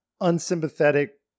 unsympathetic